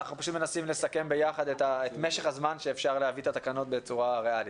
אנחנו מנסים לסכם ביחד את משך הזמן שאפשר להביא את התקנות בצורה ריאלית.